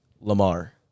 Lamar